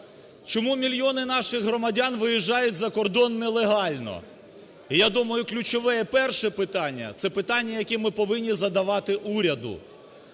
Чому мільйони наших громадян виїжджають за кордон нелегально? І я думаю, ключове і перше питання – це питання, яке ми повинні задавати уряду.